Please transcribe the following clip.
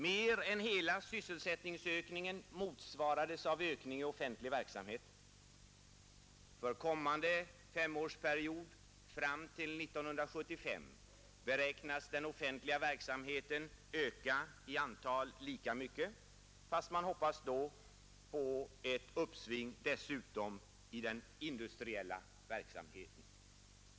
Mer än hela sysselsättningsökningen motsvarades av ökningen i offentlig verksamhet. För kommande femårsperiod — fram till år 1975 — beräknas den offentliga verksamheten öka lika mycket i antal arbetstillfällen, fastän man dessutom då hoppas på ett uppsving i den industriella verksamheten.